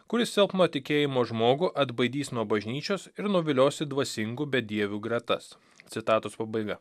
kuris silpno tikėjimo žmogų atbaidys nuo bažnyčios ir nuviliosi dvasingų bedievių gretas citatos pabaiga